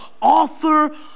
author